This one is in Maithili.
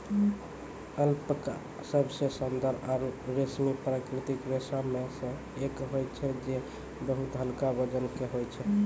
अल्पका सबसें शानदार आरु रेशमी प्राकृतिक रेशा म सें एक होय छै जे बहुत हल्का वजन के होय छै